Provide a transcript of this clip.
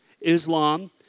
Islam